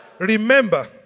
Remember